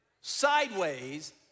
sideways